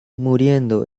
muriendo